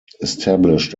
established